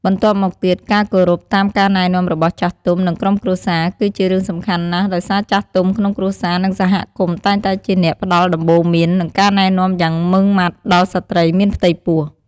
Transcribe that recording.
បន្ទាប់មកទៀត ការគោរពតាមការណែនាំរបស់ចាស់ទុំ និងក្រុមគ្រួសារ គឺជារឿងសំខាន់ណាស់ ដោយសារចាស់ទុំក្នុងគ្រួសារ និងសហគមន៍តែងតែជាអ្នកផ្តល់ដំបូន្មាន និងការណែនាំយ៉ាងម៉ឺងម៉ាត់ដល់ស្ត្រីមានផ្ទៃពោះ។